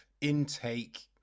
intake